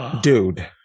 dude